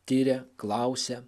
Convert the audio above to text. tiria klausia